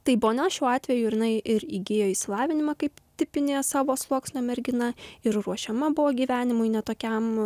tai bona šiuo atveju ir jinai ir įgijo išsilavinimą kaip tipinė savo sluoksnio mergina ir ruošiama buvo gyvenimui ne tokiam